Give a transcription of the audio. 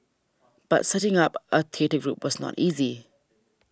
but setting up a theatre group was not easy